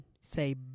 say